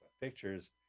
Pictures